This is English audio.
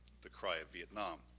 the cry of vietnam.